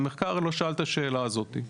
המחקר לא שאל את השאלה הזאתי,